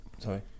Sorry